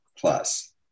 plus